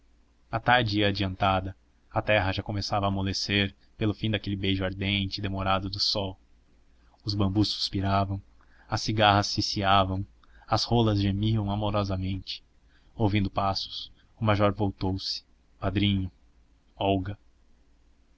a tarde ia adiantada a terra já começava a amolecer pelo fim daquele beijo ardente e demorado do sol os bambus suspiravam as cigarras ciciavam as rolas gemiam amorosamente ouvindo passos o major voltou-se padrinho olga